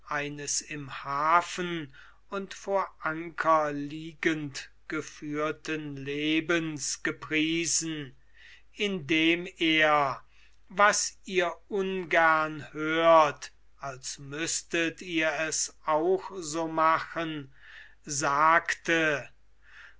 eines im hafen und vor anker liegend geführten lebens gepriesen indem er was ihr ungern hört als müßtet ihr es auch so machen sagte